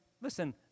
listen